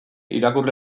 irakurle